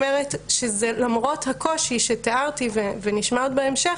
למרות הקושי שתיארתי ונשמע עליו עוד בהמשך,